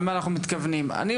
ולדבר על מה שאנחנו מתכוונים לעשות,